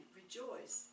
rejoice